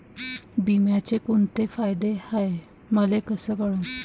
बिम्याचे कुंते फायदे हाय मले कस कळन?